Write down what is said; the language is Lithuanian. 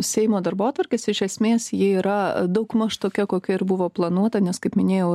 seimo darbotvarkės iš esmės ji yra daugmaž tokia kokia ir buvo planuota nes minėjau